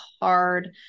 hard